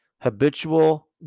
habitual